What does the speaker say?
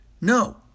No